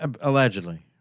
Allegedly